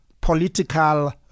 political